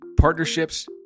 Partnerships